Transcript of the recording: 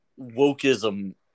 wokeism